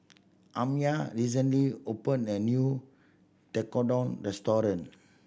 Amaya recently opened a new Tekkadon restaurant